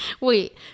wait